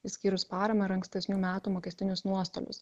išskyrus paramą ir ankstesnių metų mokestinius nuostolius